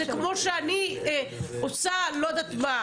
זה כמו שאני עושה לא יודעת מה,